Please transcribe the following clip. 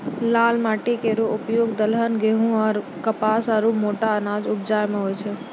लाल माटी केरो उपयोग दलहन, गेंहू, कपास आरु मोटा अनाज उपजाय म होय छै